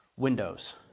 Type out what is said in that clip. windows